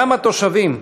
גם התושבים,